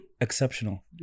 exceptional